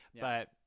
but-